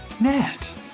net